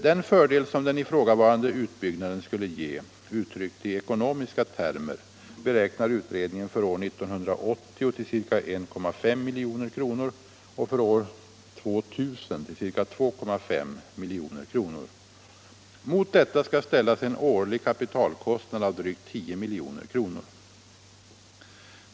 Den fördel som den ifrågavarande utbyggnaden skulle ge, uttryckt i ekonomiska termer, beräknar utredningen för år 1980 till ca 1,5 milj.kr. och för år 2000 till ca 2,5 milj.kr. Mot detta skall ställas en årlig kapitalkostnad av drygt 10 milj.kr.